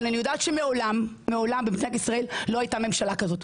אבל מעולם במדינת ישראל לא היתה ממשלת כזו.